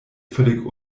völlig